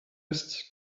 ist